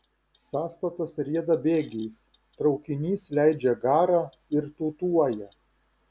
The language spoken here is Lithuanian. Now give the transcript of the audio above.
sąstatas rieda bėgiais traukinys leidžia garą ir tūtuoja